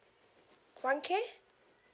one K